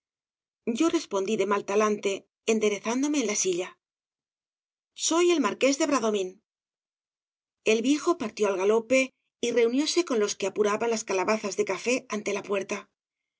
yo respondí de mal talante enderezándome en la silla soy el marqués de bradomín obras de valle inclan el viejo partió al galope y reunióse con los que apuraban las calabazas de café ante la puerta